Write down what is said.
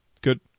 good